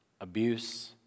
Abuse